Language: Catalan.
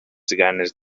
ganes